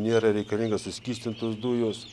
nėra reikalingos suskystintos dujos